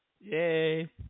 Yay